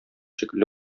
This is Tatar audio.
шикелле